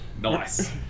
Nice